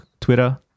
Twitter